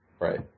right